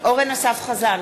אורן אסף חזן,